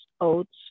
oats